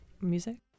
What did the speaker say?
music